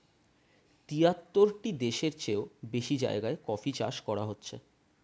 তিয়াত্তরটি দেশের চেও বেশি জায়গায় কফি চাষ করা হচ্ছে